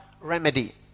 remedy